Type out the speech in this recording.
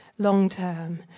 long-term